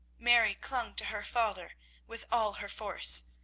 mary clung to her father with all her force,